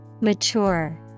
Mature